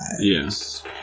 Yes